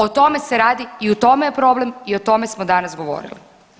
O tome se radi i u tome je problem i o tome smo danas govorili.